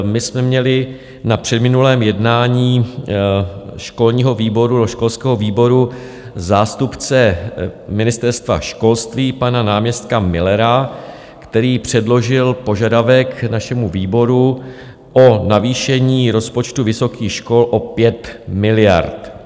My jsme měli na předminulém jednání školského výboru zástupce Ministerstva školství pana náměstka Millera, který předložil požadavek našemu výboru o navýšení rozpočtu vysokých škol o 5 miliard.